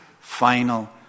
final